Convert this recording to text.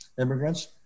immigrants